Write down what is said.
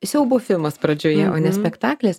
o siaubo filmas pradžioje o ne spektaklis